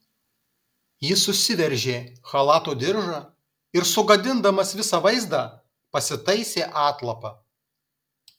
jis susiveržė chalato diržą ir sugadindamas visą vaizdą pasitaisė atlapą